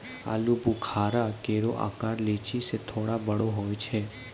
आलूबुखारा केरो आकर लीची सें थोरे बड़ो होय छै